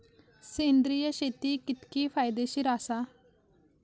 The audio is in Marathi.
सेंद्रिय शेती कितकी फायदेशीर आसा?